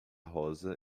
rosa